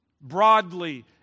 Broadly